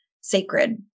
sacred